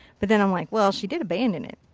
but then i'm like, well she did abandon it.